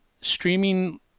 streaming